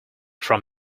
from